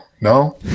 No